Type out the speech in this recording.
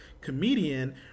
comedian